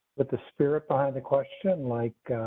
but the spirit behind the question, like.